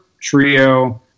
trio